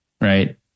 right